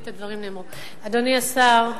אדוני השר,